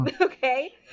okay